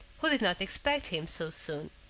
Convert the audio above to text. who did not expect him so soon.